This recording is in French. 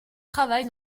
travail